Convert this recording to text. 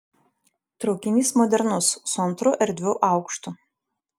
traukinys modernus su antru erdviu aukštu